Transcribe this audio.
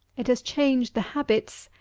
it has changed the habits,